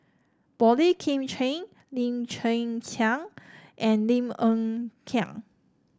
Boey Kim Cheng Lim Chwee Chian and Lim Hng Kiang